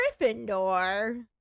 GRYFFINDOR